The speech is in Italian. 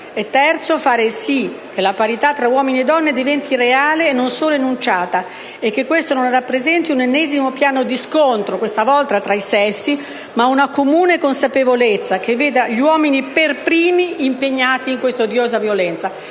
fare sì che la parità tra uomini e donne diventi reale e non solo enunciata e che questo non rappresenti un ennesimo piano di scontro, questa volta tra i sessi, ma una comune consapevolezza che veda gli uomini per primi impegnati contro questa odiosa violenza.